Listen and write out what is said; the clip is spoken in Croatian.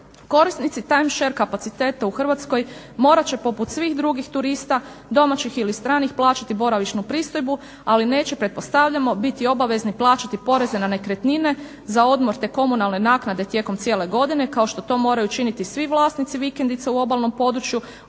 Korisnici time share kapaciteta u Hrvatskoj morat će poput svih drugih turista, domaćih ili stranih plaćati boravišnu pristojbu, ali neće pretpostavljamo biti obavezni plaćati poreze na nekretnine, za odmor, te komunalne naknade tijekom cijele godine kao što tokom cijele godine kao što to moraju činiti svi vlasnici vikendica u obalnom području.